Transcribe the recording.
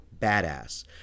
badass